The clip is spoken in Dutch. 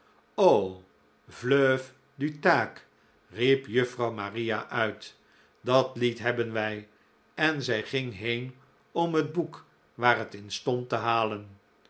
fleuve du tage riep juffrouw maria uit dat lied hebben wij en zij ging heen om het boek waar het in stond te halen